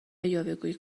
یاوهگویی